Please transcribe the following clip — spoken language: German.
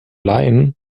laien